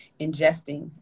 ingesting